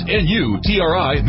n-u-t-r-i